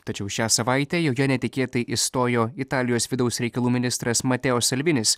tačiau šią savaitę joje netikėtai išstojo italijos vidaus reikalų ministras mateo salvinis